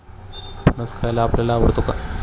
फणस खायला आपल्याला आवडतो का?